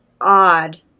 Odd